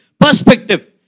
perspective